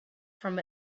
from